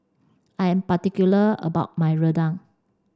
I am particular about my rendang